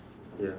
ya